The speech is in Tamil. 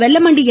வெல்லமண்டி என்